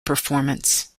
performance